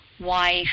wife